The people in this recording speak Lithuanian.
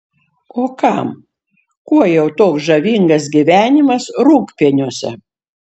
o kam kuo jau toks žavingas gyvenimas rūgpieniuose